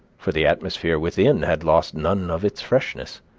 for the atmosphere within had lost none of its freshness.